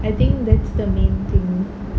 I think that's the main thing